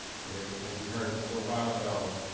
okay? as you heard a little while ago,